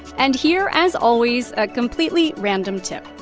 and here, as always, a completely random tip,